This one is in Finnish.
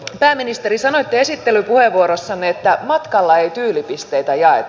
pääministeri sanoitte esittelypuheenvuorossanne että matkalla ei tyylipisteitä jaeta